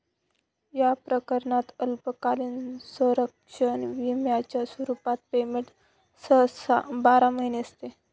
या प्रकरणात अल्पकालीन संरक्षण विम्याच्या स्वरूपात पेमेंट सहसा बारा महिने असते